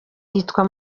yitwa